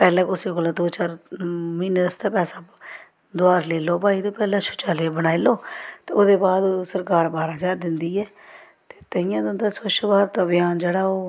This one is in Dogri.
पैह्ले कुसै कोला दो चार म्हीने आस्तै पैसा दुहार लेई लैओ भाई ते पैह्ले शौचालय बनाई लैओ ते ओह्दे बाद सरकार बारां ज्हार दिंदी ऐ ते ताइयें तुं'दा स्वच्छ भारत अभियान जेह्ड़ा ओह्